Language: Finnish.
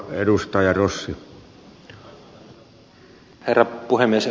arvoisa herra puhemies